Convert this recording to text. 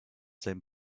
same